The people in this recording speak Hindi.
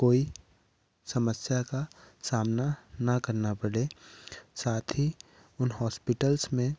कोई समस्या का सामना ना करना पड़े साथ ही उन हॉस्पिटल्स में